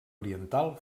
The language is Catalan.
oriental